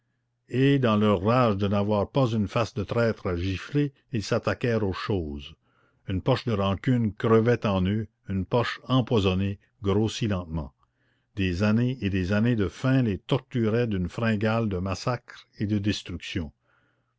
et dans leur rage de n'avoir pas une face de traître à gifler ils s'attaquèrent aux choses une poche de rancune crevait en eux une poche empoisonnée grossie lentement des années et des années de faim les torturaient d'une fringale de massacre et de destruction